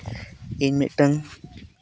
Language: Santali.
ᱤᱧ ᱢᱤᱫᱴᱟᱝ